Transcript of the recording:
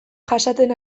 jasaten